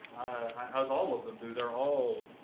i was all of them do. they're all